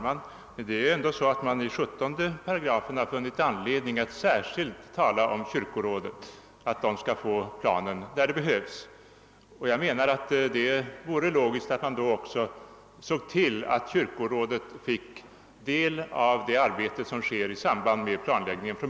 Herr talman! Man har funnit anledning att i 17 § särskilt föreskriva, att kyrkorådet skall få ta del av planen när så behövs. Jag menar att det då vore logiskt att låta kyrkorådet redan från början ta del av det arbete som försiggår vid planläggningen.